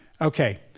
Okay